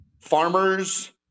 farmers